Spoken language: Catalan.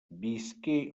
visqué